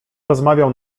rozmawiał